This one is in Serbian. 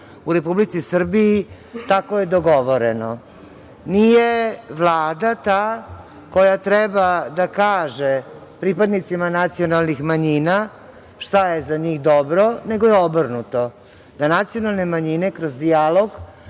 u Republici Srbiji tako je dogovoreno. Nije Vlada ta koja treba da kaže pripadnicima nacionalnih manjina šta je za njih dobro, nego je obrnuto. Na nacionalne manjine kroz dijalog